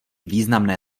významné